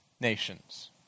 nations